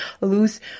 lose